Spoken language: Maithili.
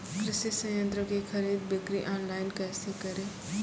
कृषि संयंत्रों की खरीद बिक्री ऑनलाइन कैसे करे?